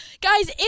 Guys